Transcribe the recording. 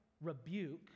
rebuke